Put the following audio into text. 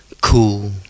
Cool